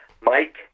Mike